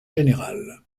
général